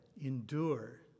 endure